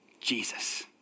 jesus